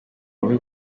bubi